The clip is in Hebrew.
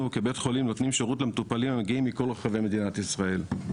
אנחנו כבית חולים נותנים שירות למטופלים שמגיעים מכל רחבי מדינת ישראל.